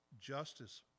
justice